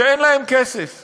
שאין להם כסף,